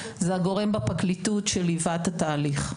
זה הגורם בפרקליטות שליווה את התהליך.